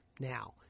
now